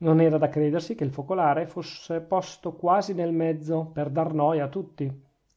non era da credersi che il focolare fosse posto quasi nel mezzo per dar noia a tutti